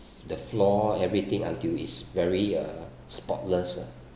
the floor everything until it's very uh spotless ah